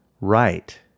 right